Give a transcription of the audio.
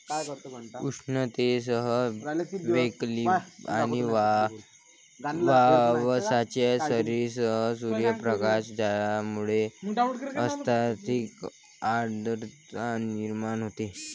उष्णतेसह वैकल्पिक आणि पावसाच्या सरींसह सूर्यप्रकाश ज्यामुळे अत्यधिक आर्द्रता निर्माण होते